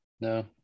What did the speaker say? No